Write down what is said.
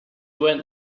went